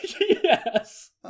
Yes